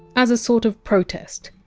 as a sort of protest